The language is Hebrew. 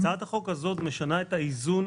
הצעת החוק הזאת משנה את האיזון